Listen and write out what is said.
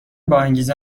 باانگیزه